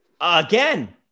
Again